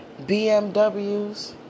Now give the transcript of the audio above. BMWs